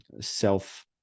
self